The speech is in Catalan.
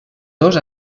dos